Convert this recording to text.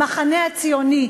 המחנה הציוני,